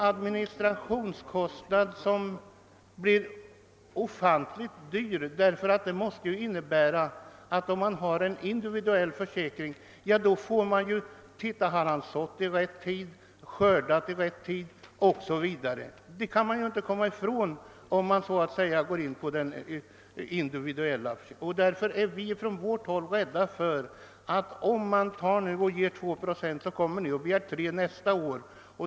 Administrationskostnaderna kommer att bli ofantligt stora därför att en individuell försäkring måste innebära att man kontrollerar om vederbörande har sått i rätt tid, skördat i rätt tid o.s.v. Man kan inte komma ifrån det om man går in för den individuella försäkringen. Därför är vi från vårt håll rädda för att ni — om vi nu går med på två procent — kommer att begära tre procent nästa år.